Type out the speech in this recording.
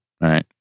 right